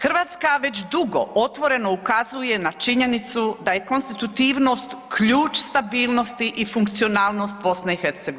Hrvatska već dugo otvoreno ukazuje na činjenicu da je konstitutivnost ključ stabilnost i funkcionalnost BiH.